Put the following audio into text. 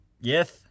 Yes